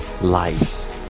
lives